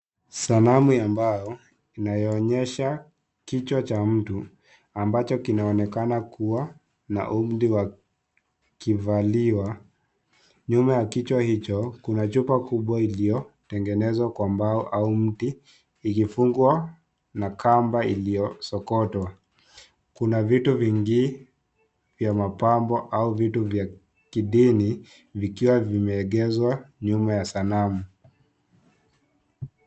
Sanamu yambayo, inayoonyesha, kichwa cha mtu, ambacho kinaonekana kuwa na umri wa, kivaliwa, nyuma ya kichwa hicho, kuna chupa kubwa iliyotengenezwa kwa mbao au mti, ikifungwa na kamba iliyo sokotwa, kuna vitu vingi vya mapambo au vitu vya kidini, vikiwa vimeegezwa nyuma ya sanamu.